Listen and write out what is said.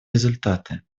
результаты